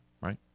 right